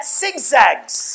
zigzags